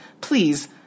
Please